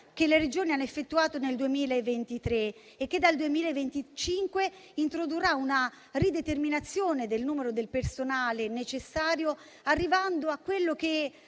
che le Regioni hanno effettuato nel 2023 e che dal 2025 introdurrà una rideterminazione del numero del personale necessario, arrivando a quello che